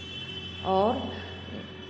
और